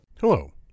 Hello